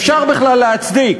אפשר בכלל להצדיק